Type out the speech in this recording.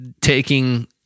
taking